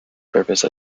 purpose